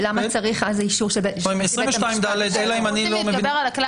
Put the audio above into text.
ולמה צריך אז אישור של בית משפט --- אנחנו רוצים להתגבר על הכלל